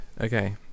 Okay